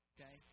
Okay